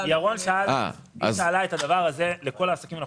למה בעסקים מעל 1.5 מיליון שקל לא ניתן מעל 0.4. זאת השאלה שלה.